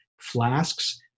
flasks